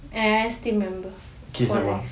and I still remember for life